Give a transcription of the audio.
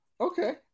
Okay